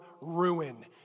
ruin